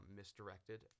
misdirected